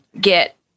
get